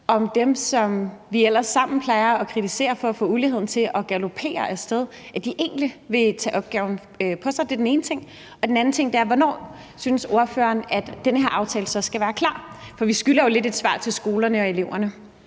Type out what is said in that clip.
om dem, som vi ellers sammen plejer at kritisere for at få uligheden til at galoppere af sted, egentlig vil tage opgaven på sig? Det er den ene ting. Den anden ting er: Hvornår synes ordføreren den her aftale så skal være klar? Vi skylder jo lidt et svar til skolerne og eleverne.